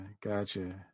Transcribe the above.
Gotcha